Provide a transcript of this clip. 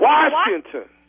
Washington